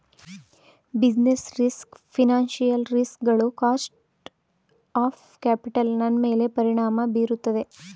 business risk financial ರಿಸ್ ಗಳು cost of capital ನನ್ಮೇಲೆ ಪರಿಣಾಮ ಬೀರುತ್ತದೆ